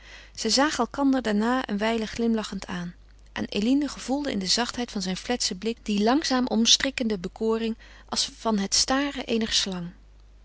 zij zagen elkander daarna een wijle glimlachend aan en eline gevoelde in de zachtheid van zijn fletsen blik die langzaam omstrikkende bekoring als van het staren eener slang